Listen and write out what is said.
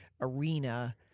arena